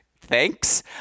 thanks